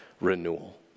renewal